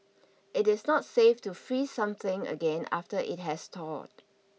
it is not safe to freeze something again after it has thawed